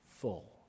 full